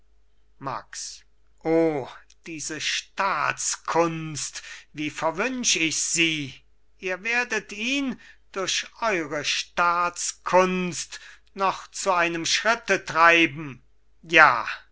max o diese staatskunst wie verwünsch ich sie ihr werdet ihn durch eure staatskunst noch zu einem schritte treiben ja